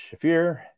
Shafir